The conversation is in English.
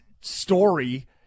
story